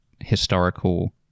historical